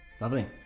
lovely